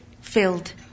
filled